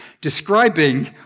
describing